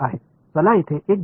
y hot சரிதானே